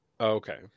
okay